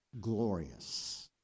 glorious